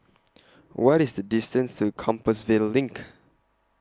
What IS The distance to Compassvale LINK